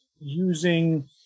using